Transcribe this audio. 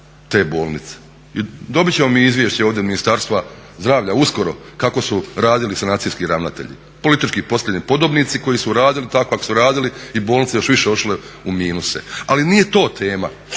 te bolnice. Dobit ćemo mi izvješće ovdje Ministarstva zdravlja uskoro kako su radili sanacijski ravnatelji, politički postavljeni podobnici koji su radili tako kako su radili i bolnice još više otišle u minuse. Ali nije to tema,